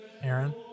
Aaron